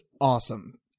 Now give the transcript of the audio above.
awesome